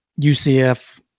UCF